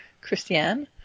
Christiane